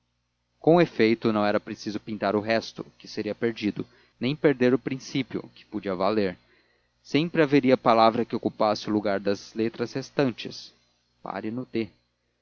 com efeito não era preciso pintar o resto que seria perdido nem perder o princípio que podia valer sempre haveria palavra que ocupasse o lugar das letras restantes pare no d